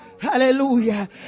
Hallelujah